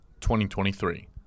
2023